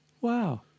Wow